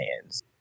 hands